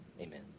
amen